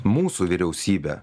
mūsų vyriausybė